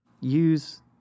Use